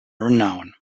renown